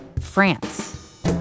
France